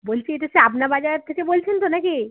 বলছি এটা সেই আপনা বাজার থেকে বলছেন তো নাকি